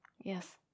Yes